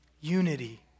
Unity